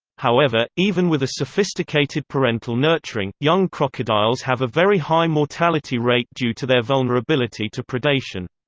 however, even with a sophisticated parental nurturing, young crocodiles have a very high mortality rate due to their vulnerability to predation.